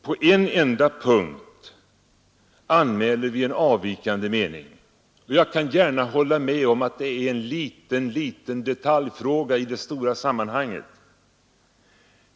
På en enda punkt anmäler vi en avvikande mening, och jag kan gärna hålla med om att den gäller en liten detaljfråga i det stora sammanhanget.